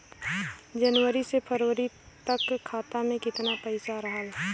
जनवरी से फरवरी तक खाता में कितना पईसा रहल?